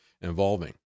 involving